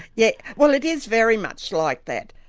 yes, well it is very much like that,